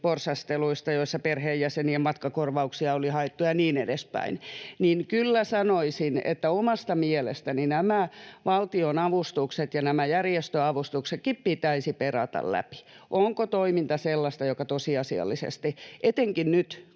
porsasteluista, joissa perheenjäsenien matkakorvauksia oli haettu ja niin edespäin. Kyllä sanoisin, että omasta mielestäni nämä valtionavustukset ja nämä järjestöavustuksetkin pitäisi perata läpi ja läpivalaista totaalisesti, että